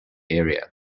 area